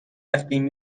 رفتیم